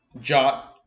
Jot